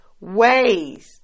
ways